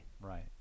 Right